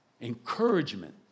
Encouragement